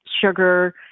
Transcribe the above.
sugar